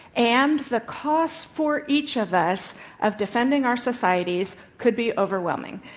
and the cost for each of us of defending our societies could be overwhelming.